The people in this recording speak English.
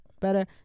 better